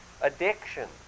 addiction